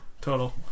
total